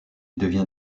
devient